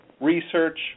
research